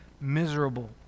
miserable